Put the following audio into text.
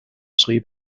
schrieb